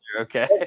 okay